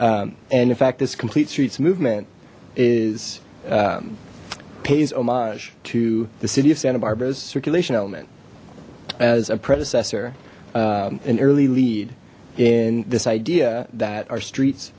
and in fact this complete streets movement is pays homage to the city of santa barbara's circulation element as a predecessor and early lead in this idea that our streets